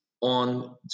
on